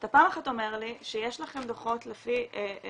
אתה פעם אחת אומר לי שיש לכם דוחות לפי מיקום